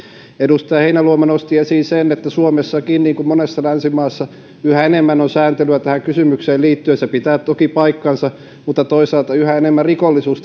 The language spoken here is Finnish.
edustaja heinäluoma nosti esiin sen että suomessakin niin kuin monessa länsimaassa yhä enemmän on sääntelyä tähän kysymykseen liittyen se pitää toki paikkansa mutta toisaalta yhä enemmän rikollisuus